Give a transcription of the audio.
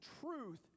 truth